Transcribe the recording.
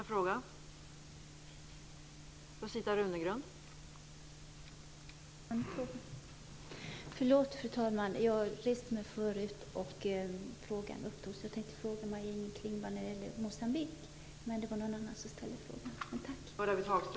Fru talman! Förlåt! Jag reste mig förut, eftersom jag tänkte fråga Maj-Inger Klingvall om Moçambique, men det var någon annan som ställde frågan.